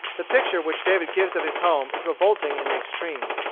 the picture which david gives of his home is revolting in the extreme.